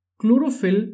chlorophyll